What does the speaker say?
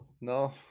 No